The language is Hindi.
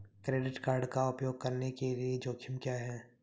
क्रेडिट कार्ड का उपयोग करने के जोखिम क्या हैं?